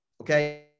okay